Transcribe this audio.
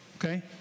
Okay